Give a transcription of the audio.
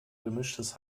gemischtes